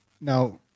Now